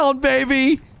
baby